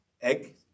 egg